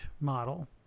model